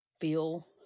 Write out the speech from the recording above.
feel